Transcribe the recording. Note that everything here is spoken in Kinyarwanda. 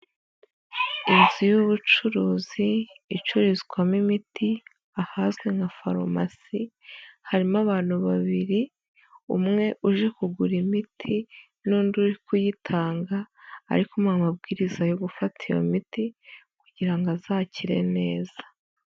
Inzu y'ubucuruzi, icururizwamo imiti, ahazwi nka farumasi, harimo abantu babiri, umwe uje kugura imiti n'undi uri kuyitanga, ari kumuha amabwiriza yo gufata iyo miti kugira ngo azakire neza.